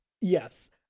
Yes